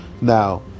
Now